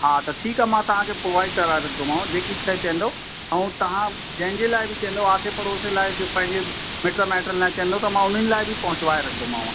हा त ठीकु आहे मां तव्हांखे प्रोवाइड कराए रखंदोमांव जेकी शइ चवंदव ऐं तव्हां जंहिं जे लाइ बि चवंदव आसे पड़ोसे लाइ बि पंहिंजे मिट माइट लाइ चवंदो त मां उन्हनि लाइ बि पहुचाए रखंदोमांव